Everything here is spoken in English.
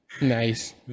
nice